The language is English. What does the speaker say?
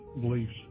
beliefs